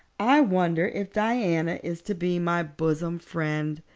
i wonder if diana is to be my bosom friend.